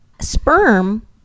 sperm